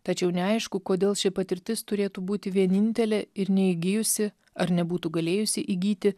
tačiau neaišku kodėl ši patirtis turėtų būti vienintelė ir neįgijusi ar nebūtų galėjusi įgyti